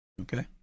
Okay